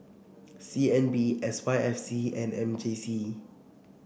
C N B S Y F C and M J C